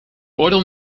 oordeel